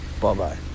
Bye-bye